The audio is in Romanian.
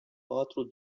patru